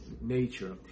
nature